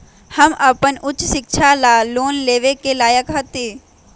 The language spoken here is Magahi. हम अपन उच्च शिक्षा ला लोन लेवे के लायक हती?